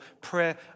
prayer